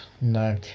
No